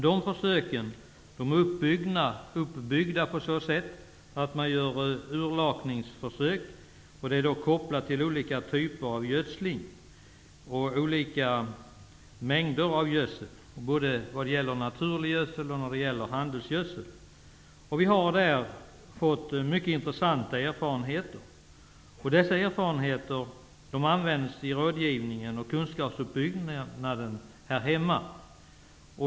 De försöken är uppbyggda på så sätt att man gör urlakningsförsök som är kopplade till olika typer och mängder av gödsel, både naturlig gödsel och handelsgödsel. Vi har där fått mycket intressanta erfarenheter. Dessa erfarenheter används i rådgivningen och kunskapsuppbyggnaden här hemma.